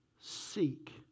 seek